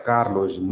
Carlos